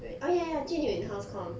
oh ya ya jun you in house comm